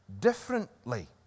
differently